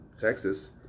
Texas